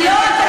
זה לא נכון.